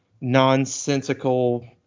nonsensical